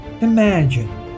Imagine